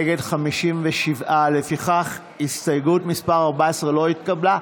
נגד, 57. לפיכך הסתייגות מס' 14 לא התקבלה.